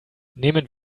nehmen